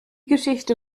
geschichte